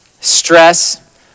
Stress